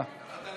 חבר הכנסת קושניר.